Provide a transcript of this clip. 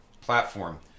platform